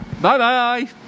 Bye-bye